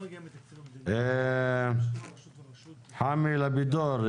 חמי לפידור,